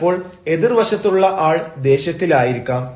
ചിലപ്പോൾ എതിർവശത്തുള്ള ആൾ ദേഷ്യത്തിലായിരിക്കാം